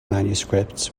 manuscripts